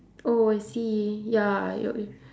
oh I see ya your i~